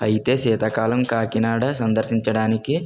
అయితే శీతాకాలం కాకినాడ సదర్శించడానికి